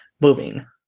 moving